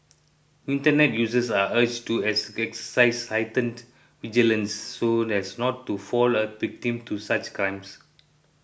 internet users are urged to exercise heightened vigilance so as not to fall uh victim to such crimes